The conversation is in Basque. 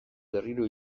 berriro